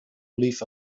leave